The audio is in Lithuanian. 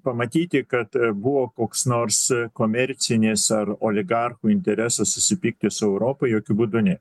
pamatyti kad buvo koks nors komercinis ar oligarchų interesas susipykti su europa jokiu būdu ne